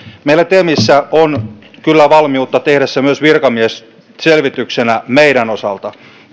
meillä temissä on kyllä valmiutta tehdä se myös virkamiesselvityksenä meidän osaltamme